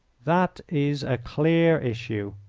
that is a clear issue.